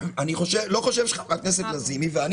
אני לא חושב שחברת הכנסת לזימי ואני